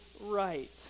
right